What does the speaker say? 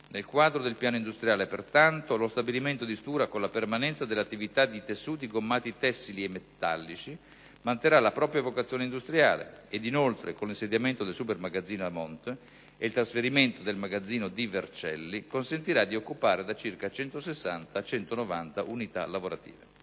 Nel quadro del piano industriale, pertanto, lo stabilimento di Stura, con la permanenza dell'attività di tessuti gommati tessili e metallici, manterrà la propria vocazione industriale, ed inoltre, con l'insediamento del Super Magazzino Amont e il trasferimento del magazzino di Vercelli, consentirà di occupare da 160 a 190 unità lavorative